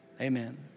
Amen